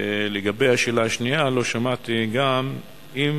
לגבי השאלה השנייה, לא שמעתי גם אם